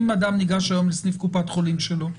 אם אדם ניגש היום לסניף קופת חולים שלו?